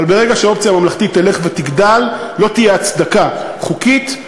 אבל ברגע שהאופציה הממלכתית תלך ותגדל לא תהיה הצדקה חוקית,